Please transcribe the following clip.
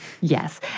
yes